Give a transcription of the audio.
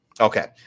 Okay